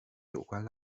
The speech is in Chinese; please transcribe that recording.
有关